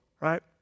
right